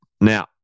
now